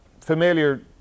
familiar